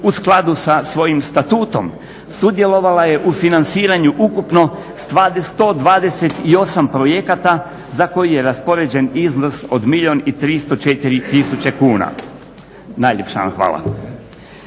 u skladu sa svojim statutom, sudjelovala je u financiranju ukupno 128 projekata za koji je raspoređen iznos od milijun 304 tisuća kuna. Najljepša vam hvala.